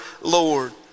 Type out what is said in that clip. Lord